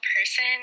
person